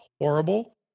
horrible